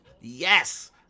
yes